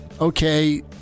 okay